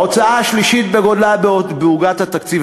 ההוצאה השלישית בגודלה בעוגת התקציב,